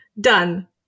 Done